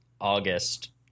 August